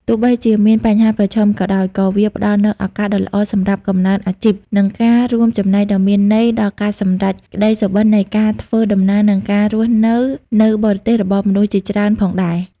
ទោះបីជាមានបញ្ហាប្រឈមក៏ដោយ ក៏វាផ្តល់នូវឱកាសដ៏ល្អសម្រាប់កំណើនអាជីព និងការរួមចំណែកដ៏មានន័យដល់ការសម្រេចក្តីសុបិននៃការធ្វើដំណើរ និងការរស់នៅនៅបរទេសរបស់មនុស្សជាច្រើនផងដែរ។